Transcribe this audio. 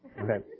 Okay